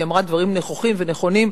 היא אמרה דברים נכוחים ונכונים.